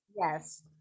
yes